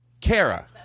Kara